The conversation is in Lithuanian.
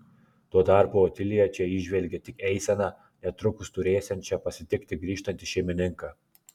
tuo tarpu otilija čia įžvelgė tik eiseną netrukus turėsiančią pasitikti grįžtantį šeimininką